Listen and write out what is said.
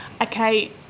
Okay